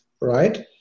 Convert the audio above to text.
right